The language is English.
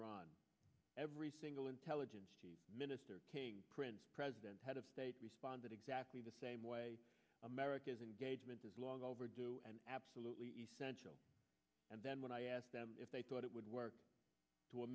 iran every single intelligence minister prince president head of state responded exactly the same way america's engagement is long overdue and absolutely essential and then when i asked them if they thought it would work to a